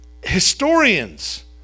Historians